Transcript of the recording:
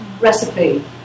recipe